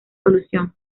solución